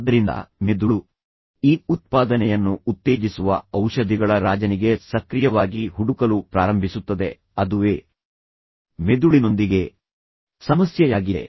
ಆದ್ದರಿಂದ ಮೆದುಳು ಈ ಉತ್ಪಾದನೆಯನ್ನು ಉತ್ತೇಜಿಸುವ ಔಷಧಿಗಳ ರಾಜನಿಗೆ ಸಕ್ರಿಯವಾಗಿ ಹುಡುಕಲು ಪ್ರಾರಂಭಿಸುತ್ತದೆ ಅದುವೇ ಮೆದುಳಿನೊಂದಿಗೆ ಸಮಸ್ಯೆಯಾಗಿದೆ